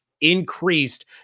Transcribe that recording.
increased